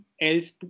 else